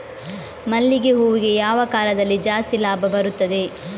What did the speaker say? ಮಲ್ಲಿಗೆ ಹೂವಿಗೆ ಯಾವ ಕಾಲದಲ್ಲಿ ಜಾಸ್ತಿ ಲಾಭ ಬರುತ್ತದೆ?